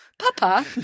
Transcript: Papa